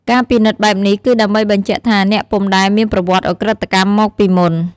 ការពិនិត្យបែបនេះគឺដើម្បីបញ្ជាក់ថាអ្នកពុំដែលមានប្រវត្តិឧក្រិដ្ឋកម្មមកពីមុន។